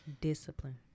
discipline